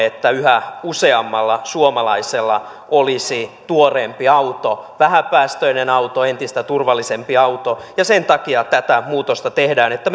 että yhä useammalla suomalaisella olisi tuoreempi auto vähäpäästöinen auto entistä turvallisempi auto ja sen takia tätä muutosta tehdään että